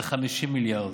זה 50 מיליארד.